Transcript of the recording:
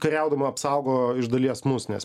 kariaudama apsaugo iš dalies mus nes